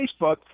Facebook